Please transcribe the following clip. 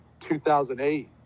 2008